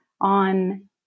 on